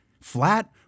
flat